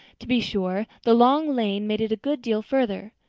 to be sure, the long lane made it a good deal further.